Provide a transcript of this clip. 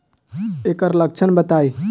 एकर लक्षण बताई?